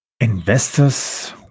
Investors